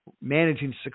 managing